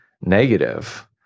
negative